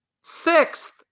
sixth